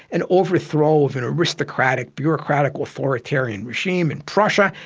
an overthrow of an aristocratic, bureaucratic authoritarian regime in prussia,